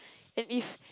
and if